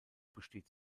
besteht